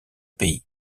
pays